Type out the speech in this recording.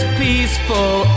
peaceful